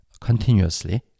continuously